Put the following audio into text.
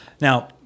Now